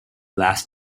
last